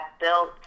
built